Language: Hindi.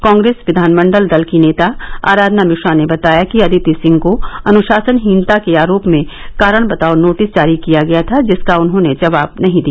कांग्रेस विधानमंडल दल की नेता आराधना मिश्रा ने बताया कि अदिति सिंह को अनुशासनहीनता के आरोप में कारण बताओ नोटिस जारी किया गया था जिसका उन्होंने जवाब नहीं दिया